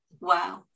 wow